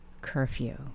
Curfew